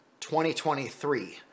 2023